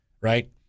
right